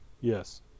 Yes